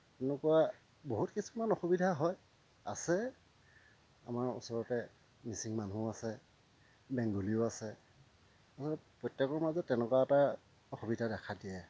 তেনেকুৱা বহুত কিছুমান অসুবিধা হয় আছে আমাৰ ওচৰতে মিচিং মানুহো আছে বেংগলীও আছে মুঠতে প্ৰত্যেকৰ মাজত তেনেকুৱা এটা অসুবিধাই দেখা দিয়ে